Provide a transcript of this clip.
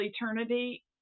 eternity